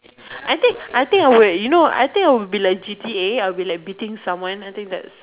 I think I think I would you know I think I would be like G_T_A I would be like beating someone I think that's